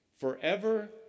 Forever